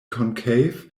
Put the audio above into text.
concave